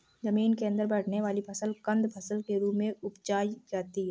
जमीन के अंदर बैठने वाली फसल कंद फसल के रूप में उपजायी जाती है